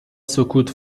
سکوت